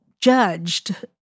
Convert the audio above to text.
judged